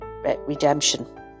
redemption